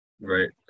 right